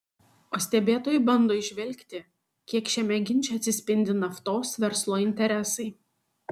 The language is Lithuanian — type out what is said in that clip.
o stebėtojai bando įžvelgti kiek šiame ginče atsispindi naftos verslo interesai